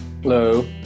Hello